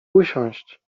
usiąść